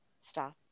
Stop